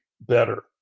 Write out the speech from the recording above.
better